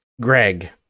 Greg